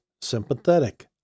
sympathetic